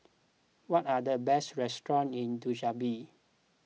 what are the best restaurants in Dushanbe